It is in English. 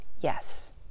yes